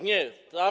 Nie.